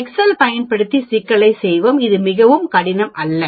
Excel பயன்படுத்தி சிக்கலைச் செய்வோம் அது மிகவும் கடினம் அல்ல